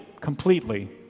completely